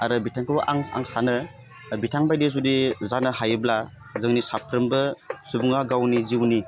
आरो बिथांखौ आं आं सानो बिथांबायदि जुदि जानो हायोब्ला जोंनि साफ्रोमबो सुबुङा गावनि जिउनि